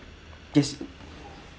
this